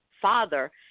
father